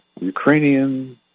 Ukrainian